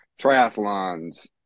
triathlons